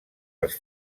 els